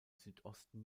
südosten